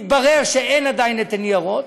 מתברר שעדיין אין ניירות,